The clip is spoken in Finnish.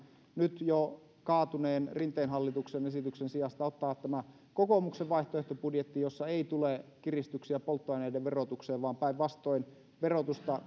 nyt jo kaatuneen rinteen hallituksen esityksen sijasta ottaa tämä kokoomuksen vaihtoehtobudjetti jossa ei tule kiristyksiä polttoaineiden verotukseen vaan päinvastoin verotusta